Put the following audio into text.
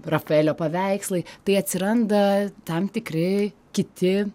rafaelio paveikslai tai atsiranda tam tikri kiti